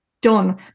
done